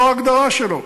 זו ההגדרה שלו.